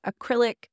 acrylic